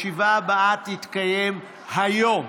הישיבה הבאה תתקיים היום,